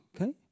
Okay